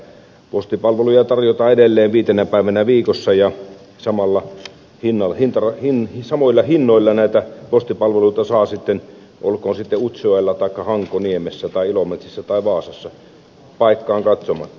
seurujärvi omassa puheenvuorossaan sanoi että postipalveluja tarjotaan edelleen viitenä päivänä viikossa ja samoilla hinnoilla näitä postipalveluita saa olkoon sitten utsjoella taikka hankoniemessä tai ilomantsissa tai vaasassa paikkaan katsomatta